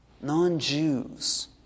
non-Jews